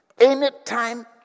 Anytime